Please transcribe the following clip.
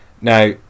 Now